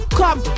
come